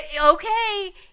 Okay